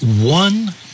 one